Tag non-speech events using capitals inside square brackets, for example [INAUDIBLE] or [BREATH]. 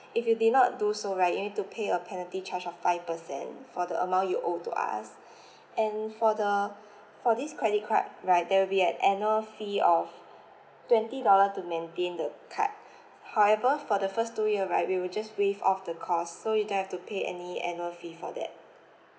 if you did not do so right you need to pay a penalty charge of five percent for the amount you owe to us [BREATH] and for the for this credit card right there will be an annual fee of twenty dollar to maintain the card [BREATH] however for the first two year right we will just waive off the cost so you don't have to pay any annual fee for that